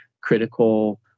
critical